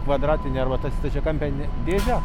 kvadratinę arba tą stačiakampę ne dėžę